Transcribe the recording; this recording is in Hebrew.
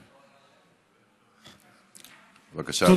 בבקשה, אדוני.